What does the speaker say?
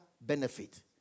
benefit